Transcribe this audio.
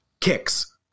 kicks